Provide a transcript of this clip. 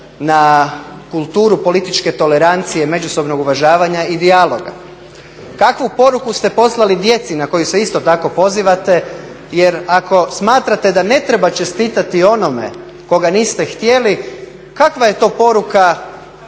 na kulturu političke tolerancije, međusobnog uvažavanja i dijaloga? Kakvu poruku ste poslali djeci na koju se isto tako pozivate jer ako smatrate da ne treba čestitati onome koga niste htjeli, kakva je to poruka